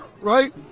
right